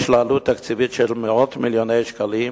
יש לה עלות תקציבית של מאות מיליוני שקלים,